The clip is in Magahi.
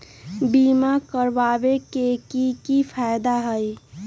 बीमा करबाबे के कि कि फायदा हई?